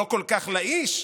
לא כל כך לאיש,